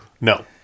no